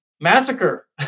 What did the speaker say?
massacre